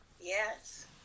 Yes